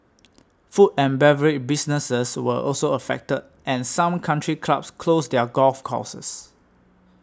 food and beverage businesses were also affected and some country clubs closed their golf courses